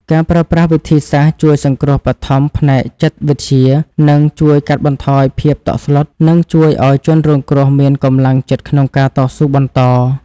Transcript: ការប្រើប្រាស់វិធីសាស្ត្រជួយសង្គ្រោះបឋមផ្នែកចិត្តវិទ្យានឹងជួយកាត់បន្ថយភាពតក់ស្លុត និងជួយឱ្យជនរងគ្រោះមានកម្លាំងចិត្តក្នុងការតស៊ូបន្ត។